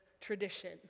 tradition